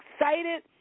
excited